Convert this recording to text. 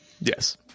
Yes